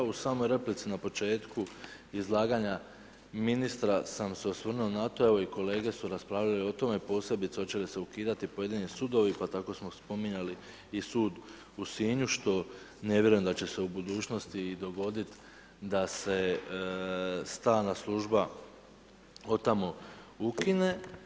U samoj replici na početku izlaganja ministra sam se osvrnuo na to, evo i kolege su raspravljale o tome, posebice hoće li se ukidati pojedini sudovi, pa tako smo i spominjali i sud u Sinju, što ne vjerujem da će se u budućnosti i dogoditi, da se stalna služba od tamo ukine.